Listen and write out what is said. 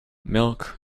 milk